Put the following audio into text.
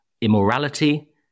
Immorality